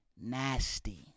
nasty